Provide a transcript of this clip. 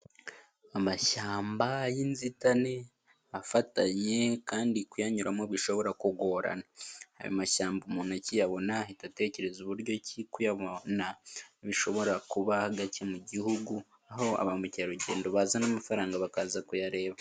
Amashyamba y'inzitane afatanye kandi kuyanyuramo bishobora kugorana. Ayo mashyamba umuntu akiyabona ahita atekereza uburyo ki kuyabona bishobora kuba gake mu gihugu, aho ba mukerarugendo bazana amafaranga bakaza kuyareba.